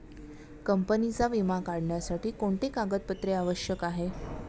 कंपनीचा विमा काढण्यासाठी कोणते कागदपत्रे आवश्यक आहे?